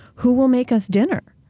who will make us dinner?